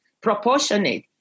proportionate